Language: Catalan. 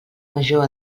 major